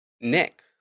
Nick